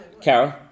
Carol